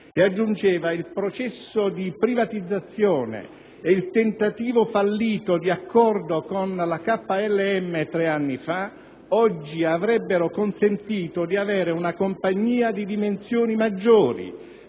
E aggiungeva: «Il processo di privatizzazione e il tentativo fallito di accordo con la KLM tre anni fa oggi avrebbero consentito di avere una compagnia di dimensioni maggiori,